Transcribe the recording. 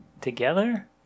together